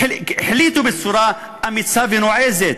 החליטו בצורה אמיצה ונועזת